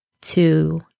two